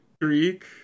Greek